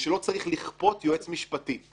ושלא צריך לכפות יועץ משפטי.